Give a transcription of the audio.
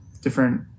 different